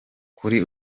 kuri